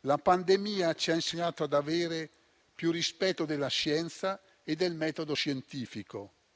La pandemia ci ha insegnato ad avere più rispetto della scienza e del metodo scientifico,